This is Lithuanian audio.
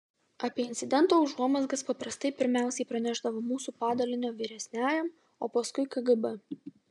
apie incidento užuomazgas paprastai pirmiausiai pranešdavo mūsų padalinio vyresniajam o paskui kgb